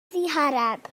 ddihareb